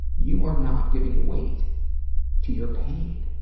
you are not giving weight to your pain,